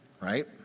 right